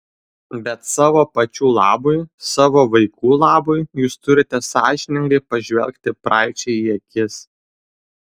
bet savo pačių labui savo vaikų labui jūs turite sąžiningai pažvelgti praeičiai į akis